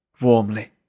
warmly